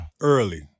Early